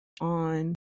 on